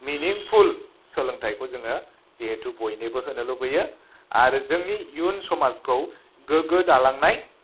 meaningful सोलोंथाइखौ जोङो जिहेथु बयनोबो होनो लुबैयो आरो जोंनि इयुन समाजखौ गोग्गो दालांनाय